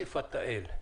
פתאל,